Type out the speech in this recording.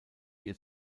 ihr